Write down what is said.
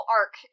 arc